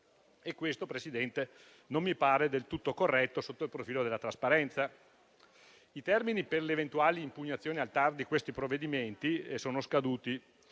Questo, Presidente, non mi pare del tutto corretto sotto il profilo della trasparenza. I termini per le eventuali impugnazioni al TAR di questi provvedimenti sono scaduti